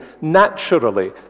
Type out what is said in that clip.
naturally